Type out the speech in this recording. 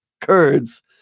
Kurds